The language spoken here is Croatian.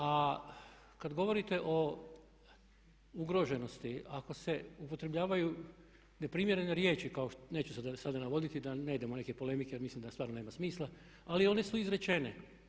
A kad govorite o ugroženosti, ako se upotrebljavaju neprimjerene riječi, neću sada navoditi da ne idemo u neke polemike jer mislim da stvarno nema smisla ali one su izrečene.